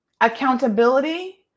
Accountability